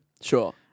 Sure